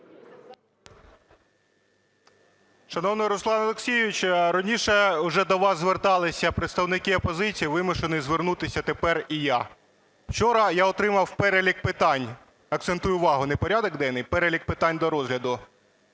Шановний Руслан Олексійович, раніше уже до вас зверталися представники опозиції, вимушений звернутися тепер і я. Вчора я отримав перелік питань (акцентую увагу, не порядок денний, а перелік питань до розгляду)